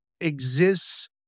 exists